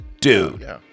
dude